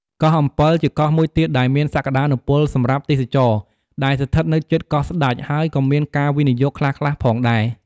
កោះអំពិល ជាកោះមួយទៀតដែលមានសក្ដានុពលសម្រាប់ទេសចរណ៍ ដែលស្ថិតនៅជិតកោះស្តេច ហើយក៏មានការវិនិយោគខ្លះៗផងដែរ។